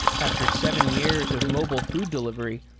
after seven years of mobile food delivery,